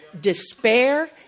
despair